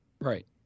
Right